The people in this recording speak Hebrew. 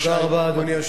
בבקשה, אדוני.